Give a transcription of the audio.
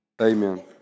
Amen